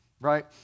right